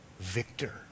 victor